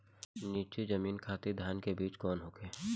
नीची जमीन खातिर धान के बीज कौन होखे?